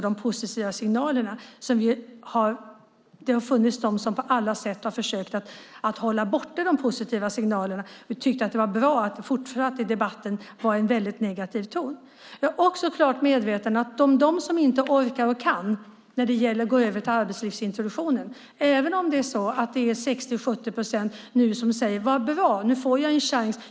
Det har funnits de som på alla sätt försökt hålla borta de positiva signalerna och tyckt att det varit bra att det fortfarande var en väldigt negativ ton i debatten. Jag är också klart medveten om att en del inte orkar eller kan gå över till arbetslivsintroduktionen, även om 60-70 procent säger: Vad bra, nu får jag en chans!